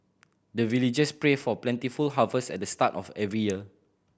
the villagers pray for plentiful harvest at the start of every year